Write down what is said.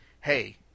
hey